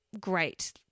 great